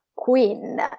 queen